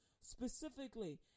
specifically